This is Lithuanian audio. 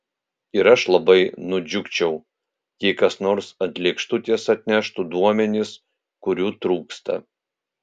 ir aš labai nudžiugčiau jei kas nors ant lėkštutės atneštų duomenis kurių trūksta